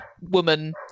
woman